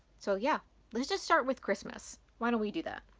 so yeah let's just start with christmas, why don't we do that?